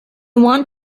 want